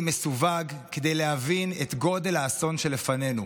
מסווג כדי להבין את גודל האסון שלפנינו.